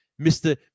Mr